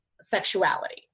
sexuality